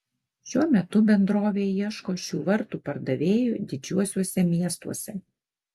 šiuo metu bendrovė ieško šių vartų pardavėjų didžiuosiuose miestuose